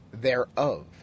thereof